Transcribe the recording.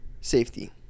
safety